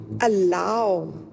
allow